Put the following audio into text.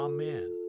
Amen